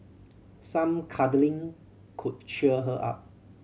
some cuddling could cheer her up